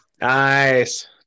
Nice